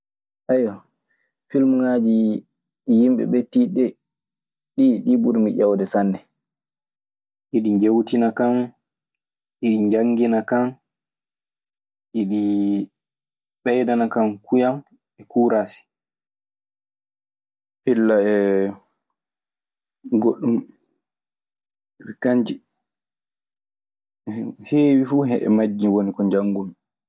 Ayiwa, filmuŋaaji yimɓe ɓettiɗe ɗee, ɗii ɗii ɓurimi ƴeewde sanne. Iɗi njewtina kan, iɗi njanngina kan. Iɗi ɓeydana kan kuyan e kuuraasi illa e goɗɗun. Sabi kanji heewi fu hen e majji woni ko njanngumi.